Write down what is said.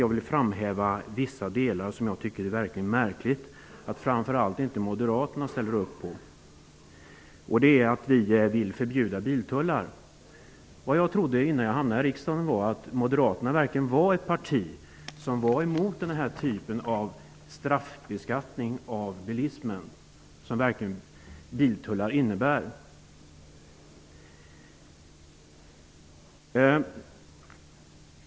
Jag vill framhäva vissa delar där jag tycker att det är mycket märkligt att framför allt Moderaterna inte ställer upp. Vi vill alltså förbjuda biltullarna. Innan jag kom in i riksdagen trodde jag att Moderaterna verkligen var ett parti som var emot den här typen av straffbeskattning av bilismen, för det är ju vad biltullar är.